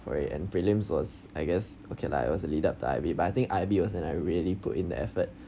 for it and prelims was I guess okay lah it was a lead up to I_B but I think I I_B was when I really put in the effort